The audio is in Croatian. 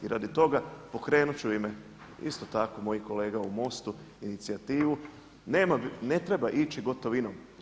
I radi toga pokrenut ću u ime isto tako mojih kolega u MOST-u inicijativu ne treba ići gotovinom.